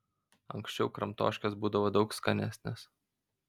anksčiau kramtoškės būdavo daug skanesnės